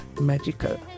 magical